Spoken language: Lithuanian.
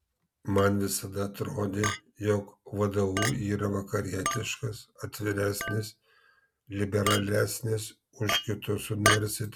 man visada atrodė jog vdu yra vakarietiškas atviresnis liberalesnis už kitus universitetus